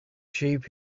sheep